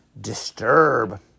Disturb